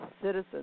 citizens